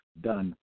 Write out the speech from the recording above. done